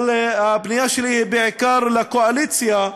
אבל הפנייה שלי היא בעיקר לקואליציה: